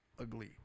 ugly